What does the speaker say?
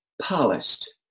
polished